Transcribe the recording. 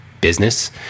business